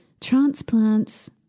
Transplants